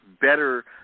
better